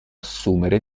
assumere